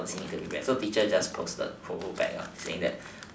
what does he need to prepare so teacher just follow back saying that